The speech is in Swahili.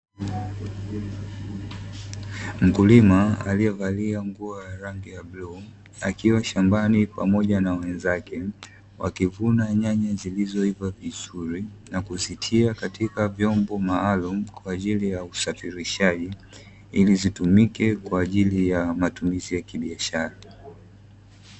Mkulima aliyevalia nguo ya rangi ya buluu akiwa shambani pamoja na wenzake, wakivuna nyanya zilizoiva vizuri na kuzitia katika vyombo maalumu kwa ajili ya usafirishaji, ili zitumike kwa ajili ya matumizi ya kibiashara.